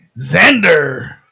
Xander